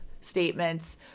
statements